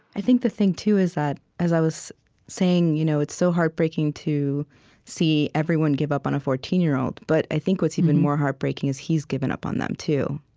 i think the thing too is that, as i was saying, you know it's so heartbreaking to see everyone give up on a fourteen year old. but i think what's even more heartbreaking is, he's given up on them too